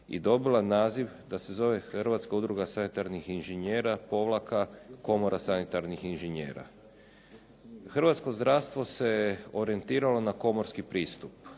i dobila naziv da se zove Hrvatska udruga sanitarnih inženjera-Komora sanitarnih inženjera. Hrvatsko zdravstvo se orijentiralo na komorski pristup,